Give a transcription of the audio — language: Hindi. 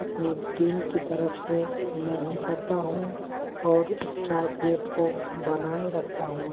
अपनी टीम की तरफ से मैं ही करता हूँ और स्ट्राइक रेट को बनाए रखता हूँ